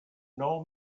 know